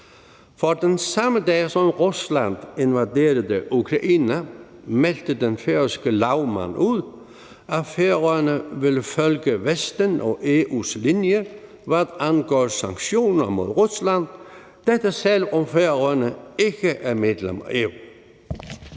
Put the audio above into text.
For den samme dag, som Rusland invaderede Ukraine, meldte den færøske lagmand ud, at Færøerne ville følge Vestens og EU's linje, hvad angår sanktioner mod Rusland – dette, selv om Færøerne ikke er medlem af EU.